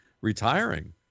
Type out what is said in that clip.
retiring